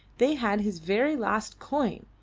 they had his very last coin,